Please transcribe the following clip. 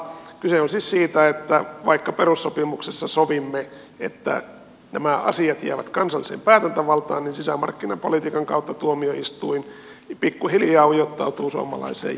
kyse on siis siitä että vaikka perussopimuksessa sovimme että nämä asiat jäävät kansalliseen päätäntävaltaan niin sisämarkkinapolitiikan kautta tuomioistuin pikkuhiljaa ujuttautuu suomalaiseen järjestelmään